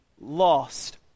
lost